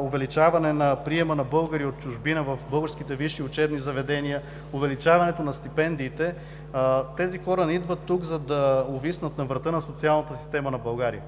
увеличаването на приема на българи от чужбина в българските висши учебни заведения; увеличаването на стипендиите. Тези хора не идват тук, за да увиснат на врата на социалната система на България.